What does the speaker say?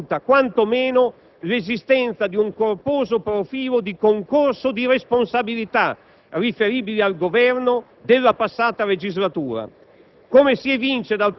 andrebbe riconosciuta quantomeno l'esistenza di un corposo profilo di concorso di responsabilità riferibile al Governo della passata legislatura.